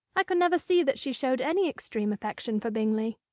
i could never see that she showed any extreme affection for bingley.